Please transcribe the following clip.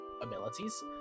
abilities